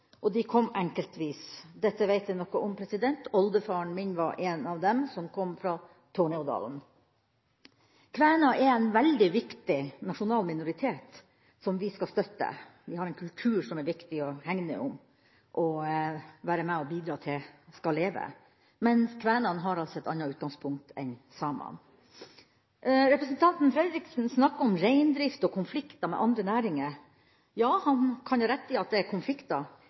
og de kom enkeltvis. Dette veit jeg noe om, oldefaren min var en av dem som kom fra Tornedalen. Kvener er en veldig viktig nasjonal minoritet som vi skal støtte, de har en kultur som er viktig å hegne om, og være med og bidra til at skal leve, men kvenene har altså et annet utgangspunkt enn samene. Representanten Fredriksen snakker om reindrift og konflikter med andre næringer. Ja, han kan ha rett i at det er